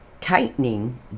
Tightening